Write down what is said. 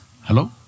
Hello